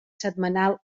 setmanal